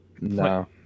No